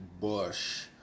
Bush